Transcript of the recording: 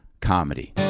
comedy